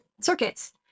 circuits